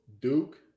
Duke